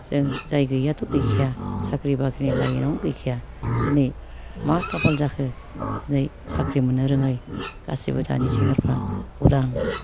जों जाय गैयैआथ' गैखाया साख्रि बाख्रिनि लाइनआवनो गैखाया दिनै मा खाफाल जाखो दिनै साख्रि मोननो रोङै गासैबो दानि सेंग्राफ्रा उदां